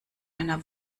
einer